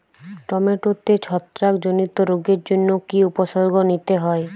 টমেটোতে ছত্রাক জনিত রোগের জন্য কি উপসর্গ নিতে হয়?